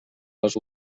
les